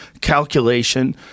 calculation